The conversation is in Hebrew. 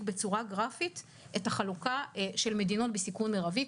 בצורה גרפית את החלוקה של מדינות בסיכון מרבי.